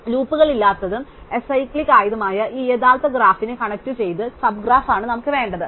loop കളില്ലാത്തതും acyclic ആയതുമായ ഈ യഥാർത്ഥ ഗ്രാഫിന്റെ കണക്റ്റുചെയ്ത സബ് ഗ്രാഫ് ആണ് നമുക്ക് വേണ്ടത്